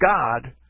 God